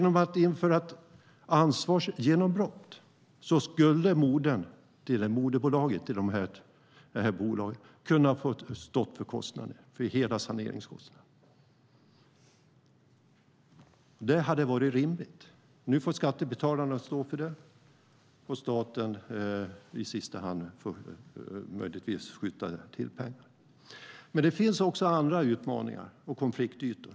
Om man införde ett ansvarsgenombrott skulle moderbolaget ha kunnat få stå för hela saneringskostnaden. Det hade varit rimligt. Nu får skattebetalarna stå för det, och staten får i sista hand möjligtvis skjuta till pengar. Det finns också andra utmaningar och konfliktytor.